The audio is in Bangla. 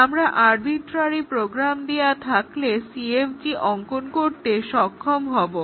আমরা অর্বিট্রারি প্রোগ্রাম দেওয়া থাকলে CFG অঙ্কন করতে সক্ষম হবো